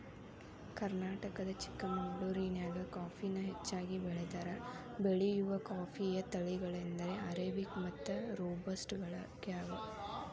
ಕರ್ನಾಟಕದ ಚಿಕ್ಕಮಗಳೂರಿನ್ಯಾಗ ಕಾಫಿನ ಹೆಚ್ಚಾಗಿ ಬೆಳೇತಾರ, ಬೆಳೆಯುವ ಕಾಫಿಯ ತಳಿಗಳೆಂದರೆ ಅರೇಬಿಕ್ ಮತ್ತು ರೋಬಸ್ಟ ಗಳಗ್ಯಾವ